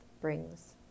brings